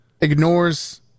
ignores